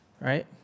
Right